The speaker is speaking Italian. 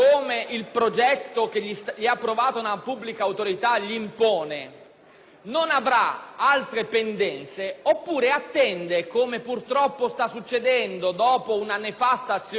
altre pendenze, oppure attende, come purtroppo sta accadendo dopo una nefasta azione del precedente ministro dell'ambiente Pecoraro Scanio nei confronti di tutti i soggetti